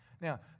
Now